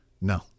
No